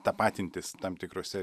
tapatintis tam tikruose